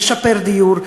לשפר דיור,